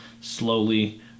slowly